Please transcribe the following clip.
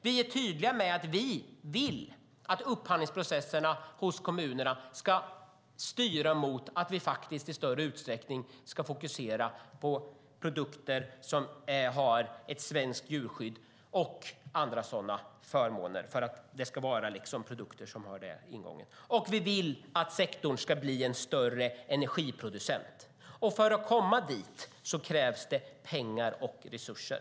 Vi är tydliga med att vi vill att kommunernas upphandlingsprocesser ska fokuseras på produkter som framställts med respekt för svenskt djurskydd och andra sådana garantier. Vi vill också att sektorn ska bli en större energiproducent. För att nå dit krävs det pengar och resurser.